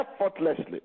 effortlessly